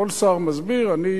כל שר מסביר, אני